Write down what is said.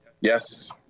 Yes